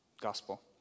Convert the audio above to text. gospel